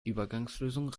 übergangslösung